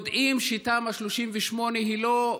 יודעים שתמ"א 38 היא לא,